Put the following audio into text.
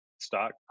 stock